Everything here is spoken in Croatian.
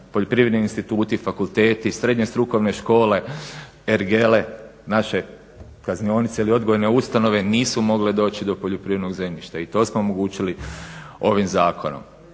poljoprivredni instituti, fakulteti, srednje strukovne škole, ergele, naše kaznionice ili odgojne ustanove nisu mogle doći do poljoprivrednog zemljišta i to smo omogućili ovim zakonom.